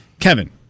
Kevin